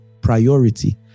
priority